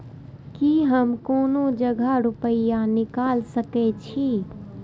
की हम कोनो जगह रूपया निकाल सके छी?